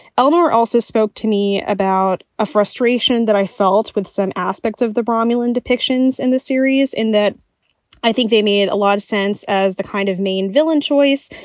ellmore also spoke to me about a frustration that i felt with some aspects of the romulan depictions in the series in that i think they made a lot of sense as the kind of main villain choice,